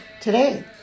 Today